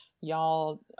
y'all